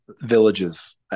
villages